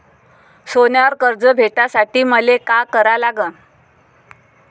सोन्यावर कर्ज भेटासाठी मले का करा लागन?